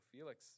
Felix